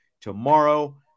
tomorrow